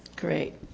Great